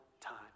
time